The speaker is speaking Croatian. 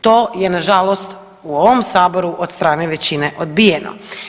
To je nažalost u ovom saboru od strane većine odbijeno.